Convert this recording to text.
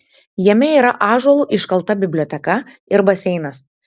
jame yra ąžuolu iškalta biblioteka ir baseinas